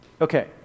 okay